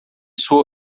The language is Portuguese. sua